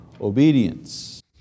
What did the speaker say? obedience